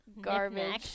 garbage